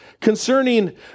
concerning